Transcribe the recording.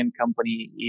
company